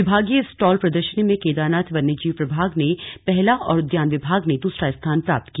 विभागीय स्टॉल प्रदर्शनी में केदारनाथ वन्य जीव प्रभाग ने पहला और उद्यान विभाग ने दूसरा स्थान प्राप्त किया